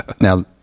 now